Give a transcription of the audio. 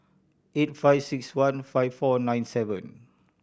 eight five six one five four nine seven